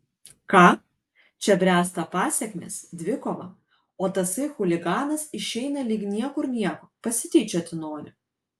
ką čia bręsta pasekmės dvikova o tasai chuliganas išeina lyg niekur nieko pasityčioti nori